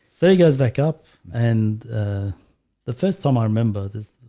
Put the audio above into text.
there he goes back up and the first time i remember there's